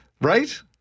right